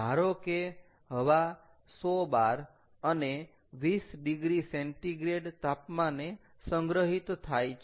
ધારો કે હવા 100 bar અને 20॰C તાપમાને સંગ્રહિત થાય છે